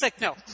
no